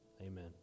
Amen